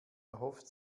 erhofft